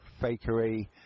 fakery